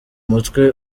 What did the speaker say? mutwe